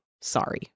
sorry